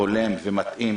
הולם ומתאים